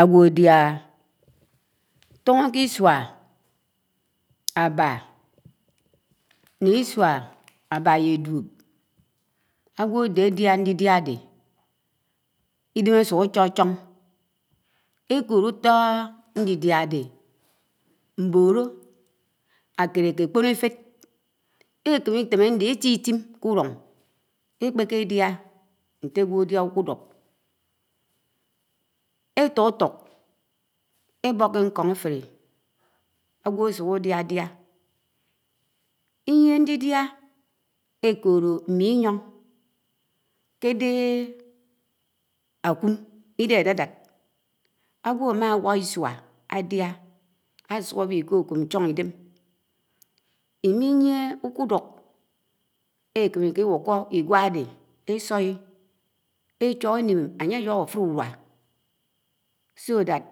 Ágwo ádiáha ńtoho ké iaūa ábah n̄i, isua ába ýe dūoo, ágwo áde ádia n̄lidiá áde íden ásuk ácho c̄hon, ēkod ūto n̄lidiā m̄bolo. ākeléké ákpon éfed, ékemé ítem áde étitiḿ ḱe ūlun, ekpeḱe édia n̄te ágwo ádia ukūduk̄ étutuk ébok ké n̄kon átelé ágwo ásuk ádiadiá íyie ńdidia ékolo ḿmiyōn, kédé ákum ídehé ádadád ágwo ámamák isuá ádia ásuk áwi kóko̱p n̄chonidem̱ ímiiyie̱ uk̄udúk ékemeké iw̄uko̱, iḡwa áde ésou ec̄ho énim ánye áloho átulū ur̄ua, so that